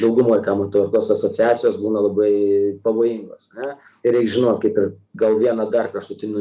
daugumoj kam atrodo tos asociacijos būna labai pavojingos ane ir reik žinot kaip ir gal vieną dar kraštutinį